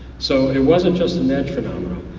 so it wasn't just an edge phenomena.